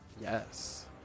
Yes